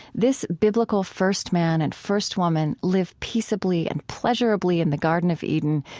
this biblical first man and first woman live peaceably and pleasurably in the garden of eden,